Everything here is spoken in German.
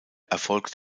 erfolgt